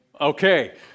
Okay